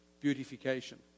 beautification